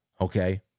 Okay